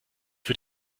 für